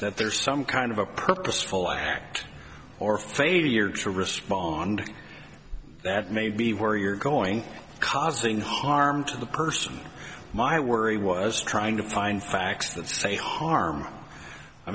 that there's some kind of a purposeful act or failure to respond that may be where you're going causing harm to the person my worry was trying to find facts that say harm i